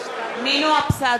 (קוראת בשמות חברי הכנסת) נינו אבסדזה,